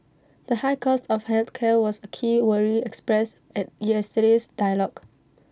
the high cost of health care was A key worry expressed at yesterday's dialogue